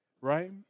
right